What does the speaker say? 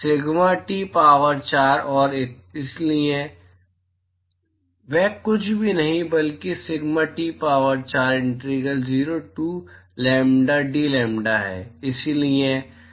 sigma T power 4 और इसलिए वह कुछ भी नहीं बल्कि sigma T power 4 integral 0 to lambda d lambda है